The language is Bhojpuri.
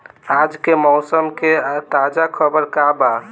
आज के मौसम के ताजा खबर का बा?